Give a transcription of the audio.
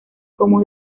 como